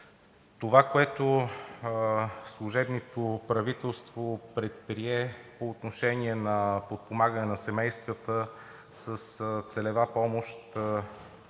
Това, което служебното правителство предприе по отношение на подпомагане на семействата с целева помощ,